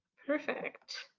perfect.